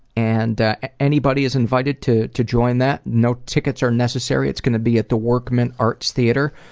and anybody is invited to to join that. no tickets are necessary. it's going to be at the workman arts theatre.